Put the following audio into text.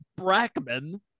Brackman